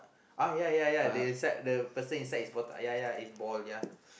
uh ya ya ya the inside the person inside is bald ya ya is bald ya